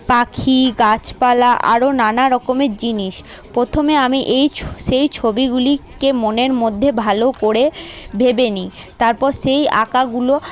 পাখি গাছপালা আরো নানা রকমের জিনিস প্রথমে আমি এই সেই ছবিগুলিকে মনের মধ্যে ভালো করে ভেবে নিই তারপর সেই আঁকাগুলো